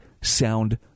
sound